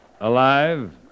alive